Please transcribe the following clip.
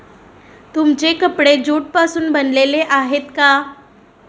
तुमचे कपडे ज्यूट पासून बनलेले आहेत का?